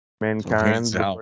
Mankind